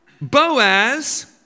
Boaz